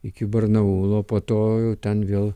iki barnaulo po to jau ten vėl